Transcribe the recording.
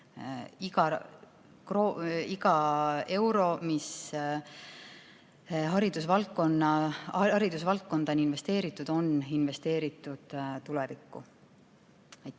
Iga euro, mis haridusvaldkonda on investeeritud, on investeeritud tulevikku. Eduard